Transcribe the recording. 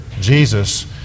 Jesus